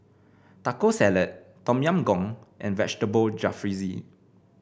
Taco Salad Tom Yam Goong and Vegetable Jalfrezi